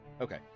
okay